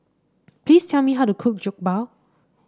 please tell me how to cook Jokbal